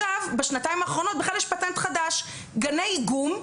בשנתיים האחרונות בכלל יש פטנט חדש גני איגום.